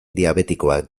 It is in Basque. diabetikoak